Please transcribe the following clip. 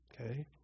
Okay